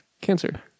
Cancer